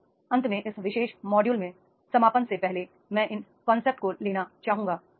अब अंत में इस विशेष मॉड्यूल में समापन से पहले मैं इन कांसेप्ट को लेना चाहूंगा